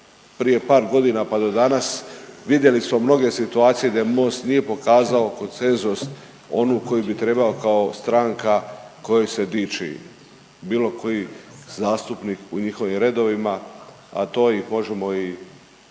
prije par godina, pa do danas. Vidjeli smo mnoge situacije gdje Most nije pokazao koncensus onu koju bi trebao kao stranka kojoj se diči bilo koji zastupnik u njihovim redovima, a to ih možemo i nabrojiti,